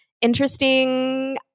interesting